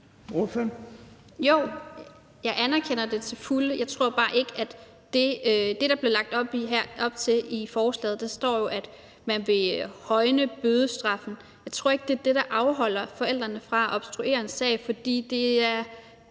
Jeg tror bare ikke, at det, der bliver lagt op til i forslaget – der står jo, at man vil højne bødestraffen – er det, der afholder forældrene fra at obstruere en sag, fordi det er